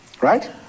Right